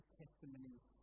testimonies